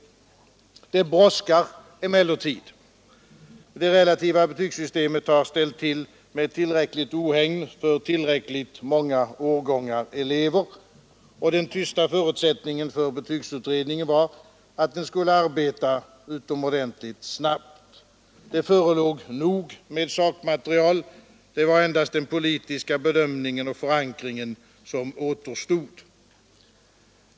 EL Onsdagen den Det brådskar emellertid. Det relativa betygssystemet har ställt till med 17 april 1974 tillräckligt mycket ohägn för tillräckligt många årgångar elever. Ochden tysta förutsättningen för betygsutredningen var att den skulle arbeta Tilläggsdirektiv utomordentligt snabbt. Det förelåg nog med sakmaterial, det var endast = till betygsutredden politiska bedömningen och förankringen som återstod. ningen m.m.